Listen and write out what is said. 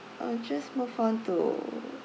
I'll just move on to